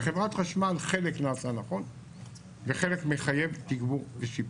בחברת חשמל חלק נעשה נכון וחלק מחייב תגבור ושיפור.